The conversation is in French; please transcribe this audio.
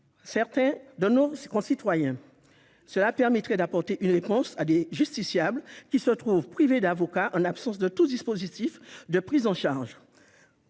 Une telle mesure permettrait d'apporter une réponse à des justiciables qui se trouvent privés d'avocats en l'absence de tout dispositif de prise en charge.